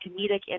comedic